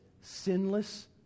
sinless